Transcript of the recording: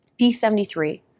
B73